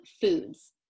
Foods